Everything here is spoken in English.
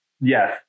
Yes